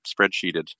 spreadsheeted